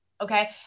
okay